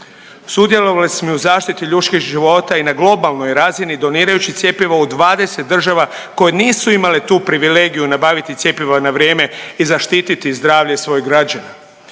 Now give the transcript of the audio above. Sudjelovali smo u zaštiti ljudških života i na globalnoj razini donirajući cjepivo u 20 država koje nisu imale tu privilegiju nabaviti cjepiva na vrijeme i zaštiti zdravlje svojih građana.